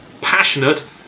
passionate